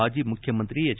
ಮಾಜಿ ಮುಖ್ಯಮಂತ್ರಿ ಎಚ್